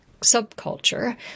subculture